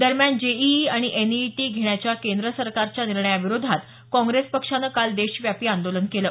दरम्यान जेईई आणि एनईईटी घेण्याच्या केंद्र सरकारच्या निर्णयाविरोधात काँग्रेस पक्षानं काल देशव्यापी आंदोलन केलं